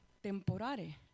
temporales